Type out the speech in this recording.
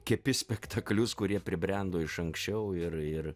kepi spektaklius kurie pribrendo iš anksčiau ir ir